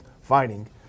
fighting